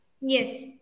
Yes